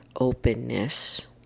openness